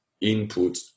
input